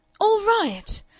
all right!